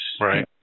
Right